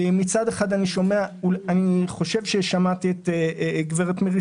מצד אחד אני חושב ששמעתי את גברתי מירי